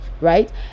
right